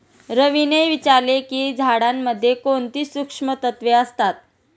रवीने विचारले की झाडांमध्ये कोणती सूक्ष्म तत्वे असतात?